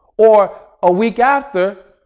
or a week after,